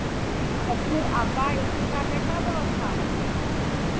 school आपका school का कैसा व्यवस्था है